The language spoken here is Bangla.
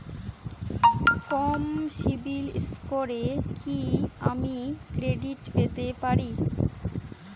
কম সিবিল স্কোরে কি আমি ক্রেডিট পেতে পারি?